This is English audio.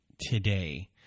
today